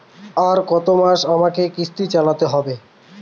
আর কতমাস আমাকে কিস্তি চালাতে হবে?